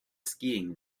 skiing